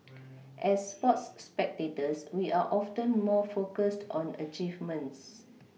as sports spectators we are often more focused on achievements